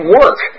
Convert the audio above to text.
work